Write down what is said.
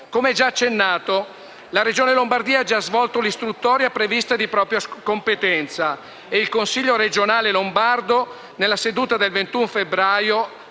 Come già accennato, la Regione Lombardia ha già svolto l'istruttoria prevista di propria competenza e il Consiglio regionale lombardo, nella seduta del 21 febbraio,